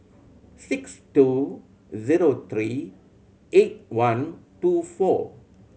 six two zero three eight one two four